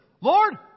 Lord